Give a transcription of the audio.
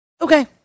Okay